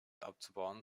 abzubauen